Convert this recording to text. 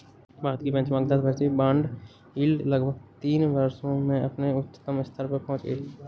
भारत की बेंचमार्क दस वर्षीय बॉन्ड यील्ड लगभग तीन वर्षों में अपने उच्चतम स्तर पर पहुंच गई